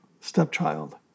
stepchild